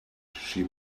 she